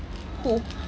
who